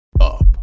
up